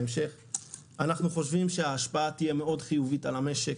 אנחנו חושבים שההשפעה תהיה מאוד חיובית על המשק,